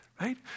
right